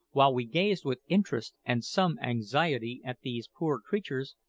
while we gazed with interest and some anxiety at these poor creatures,